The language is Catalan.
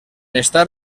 estar